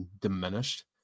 diminished